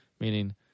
meaning